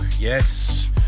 yes